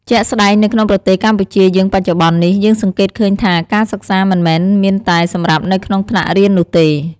ជាក់ស្តែងនៅក្នុងប្រទេសកម្ពុជាយើងបច្ចុប្បន្ននេះ យើងសង្កេតឃើញថាការសិក្សាមិនមែនមានតែសម្រាប់នៅក្នុងថ្នាក់រៀននោះទេ។